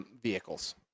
Vehicles